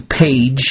page